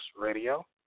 radio